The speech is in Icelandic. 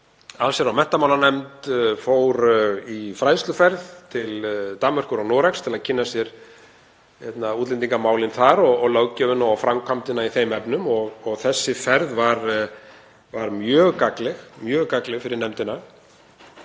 Allsherjar- og menntamálanefnd fór í fræðsluferð til Danmerkur og Noregs til að kynna sér útlendingamálin þar og löggjöfina og framkvæmdina í þeim efnum. Þessi ferð var mjög gagnleg fyrir nefndina.